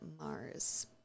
Mars